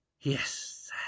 Yes